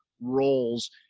roles